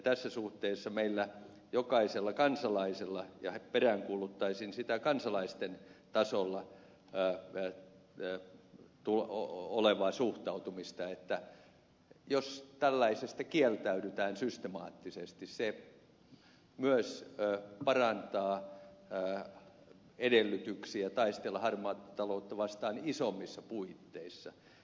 tässä suhteessa peräänkuuluttaisin sitä kansalaisten tasolla olevaa suhtautumista että jos tällaisesta kieltäydytään systemaattisesti se myös parantaa edellytyksiä taistella harmaata taloutta vastaan isommissa puitteissa